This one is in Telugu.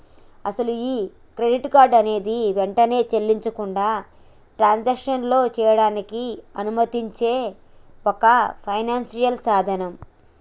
అసలు ఈ క్రెడిట్ కార్డు అనేది వెంబటే చెల్లించకుండా ట్రాన్సాక్షన్లో చేయడానికి అనుమతించే ఒక ఫైనాన్షియల్ సాధనం